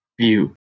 view